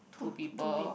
two people